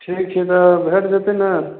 ठीक छै तऽ भेट जेतयने